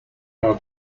our